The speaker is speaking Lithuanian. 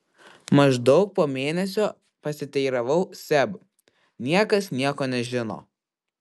maždaug po mėnesio pasiteiravau seb niekas nieko nežino